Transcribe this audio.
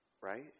right